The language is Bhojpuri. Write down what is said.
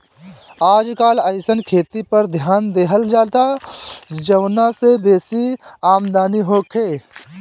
आजकल अइसन खेती पर ध्यान देहल जाता जवना से बेसी आमदनी होखे